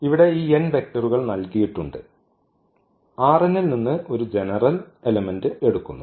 ഇവിടെ ഈ n വെക്ടറുകൾ നൽകിയിട്ടുണ്ട് ൽ നിന്ന് ഒരു ജനറൽ എലമെന്റ് എടുക്കുന്നു